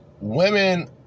Women